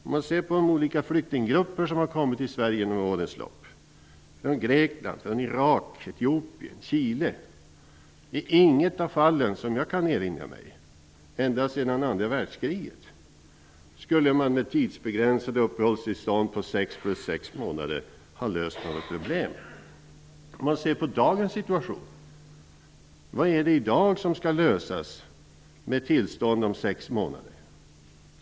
Om vi ser på de olika flyktinggrupper som har kommit till Sverige under årens lopp -- från Grekland, Irak, Etiopien och Chile -- visar det sig att man inte i något fall efter andra världskriget skulle ha löst några problem om man hade haft tidsbegränsade uppehållstillstånd på sex plus sex månader. Vilka problem löser man i dagens situation med uppehållstillstånd på sex plus sex månader?